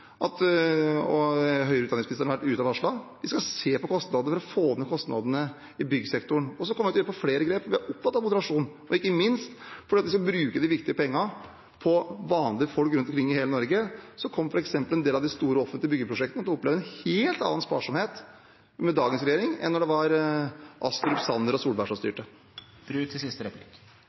høyere utdanningsministeren var ute og varslet om det, at vi skal se på kostnader og få ned kostnadene i byggesektoren. Vi kommer til å gjøre flere grep. Vi er opptatt av moderasjon. Ikke minst fordi vi skal bruke de viktige pengene på vanlige folk rundt omkring i hele Norge, kommer f.eks. en del av de store offentlige byggeprosjektene til å oppleve en helt annen sparsomhet med dagens regjering enn da det var Astrup, Sanner og Solberg som styrte. Det blir oppfølgingsspørsmål – Tina Bru.